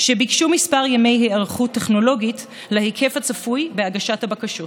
שביקשו כמה ימי היערכות טכנולוגית להיקף הצפוי בהגשת הבקשות.